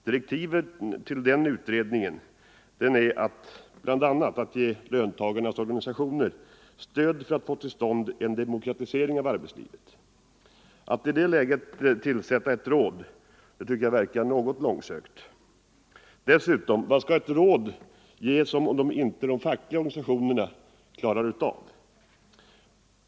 Denna kommitté skall enligt direktiven bl.a. ge löntagarnas organisationer stöd för att få till stånd en demokratisering av arbetslivet. Att i det läget tillsätta ett råd tycker jag verkar något långsökt. Dessutom: Vad skall ett råd ge som inte de fackliga organisationerna klarar av?